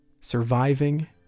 Surviving